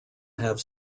have